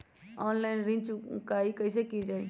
Online ऋण चुकाई कईसे की ञाई?